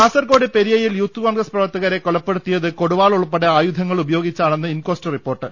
കാസർകോട് പെരിയയിൽ യൂത്ത് കോൺഗ്രസ് പ്രവർത്തകരെ കൊല പ്പെടുത്തിയത് കൊടുവാൾ ഉൾപ്പെടെ ആയുധങ്ങൾ ഉപയോഗിച്ചാ ണെന്ന് ഇൻകസ്റ്റ് റിപ്പോർട്ട്